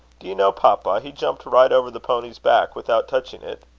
do you know, papa, he jumped right over the pony's back without touching it.